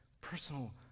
personal